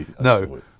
No